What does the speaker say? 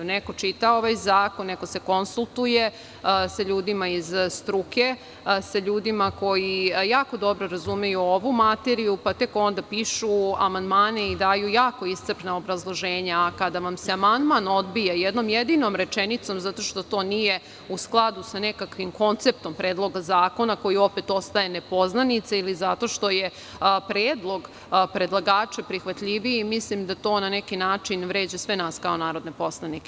Neko čita ovaj zakon, neko se konsultuje sa ljudima iz struke, sa ljudima koji jako dobro razumeju ovu materiju, pa tek onda pišu amandmane i daju jako iscrpna obrazloženja, a kada vam se amandman odbija jednom jedinom rečenicom, zato što to nije u skladu sa nekakvim konceptom predloga zakona, koji opet ostaje nepoznanica ili zato što je predlog predlagača prihvatljiviji, mislim da to na neki način vređa sve nas kao narodne poslanike.